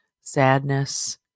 sadness